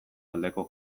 aldeko